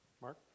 Mark